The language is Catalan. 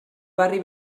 barri